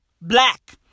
black